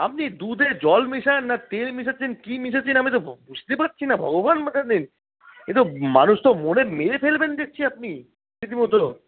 আপনি দুধে জল মেশান না তেল মেশাচ্ছেন কি মেশাচ্ছেন আমিতো বুঝতে পারছি না ভগবান মাথায় নেই এতো মানুষ তো মরে মেরে ফেলবেন দেখছি আপনি রীতিমতো